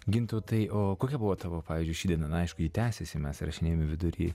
gintautai o kokia buvo tavo pavyzdžiui ši diena na aišku tęsiasi mes įrašinėjame vidury